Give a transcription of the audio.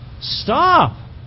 Stop